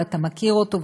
ואתה מכיר אותו,